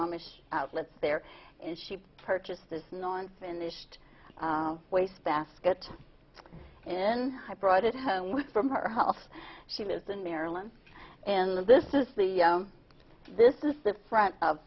amish outlets there and she purchased this non finished wastebasket and then i brought it home from her house she lives in maryland and this is the this is the front of